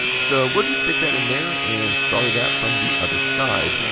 so we'll just stick that in there, and solder that from the other side.